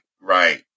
right